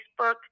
Facebook